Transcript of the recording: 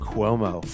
Cuomo